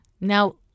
Now